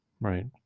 right